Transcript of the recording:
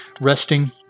resting